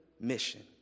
mission